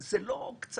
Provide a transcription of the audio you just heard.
זה לא קצת